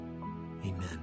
Amen